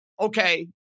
okay